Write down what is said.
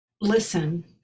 listen